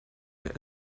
der